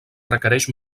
requereix